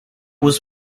was